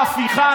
הדחה, הפיכה.